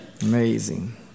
Amazing